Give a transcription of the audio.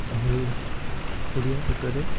ଆଉ ଓଡ଼ିଆ ଭାଷାରେ